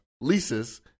leases